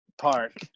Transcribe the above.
park